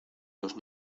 los